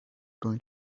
going